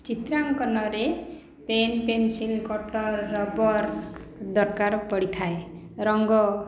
ଚିତ୍ର ଆଙ୍କନରେ pen pencil cutter rubber ଦରକାର ପଡ଼ିଥାଏ ରଙ୍ଗ